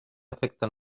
afecten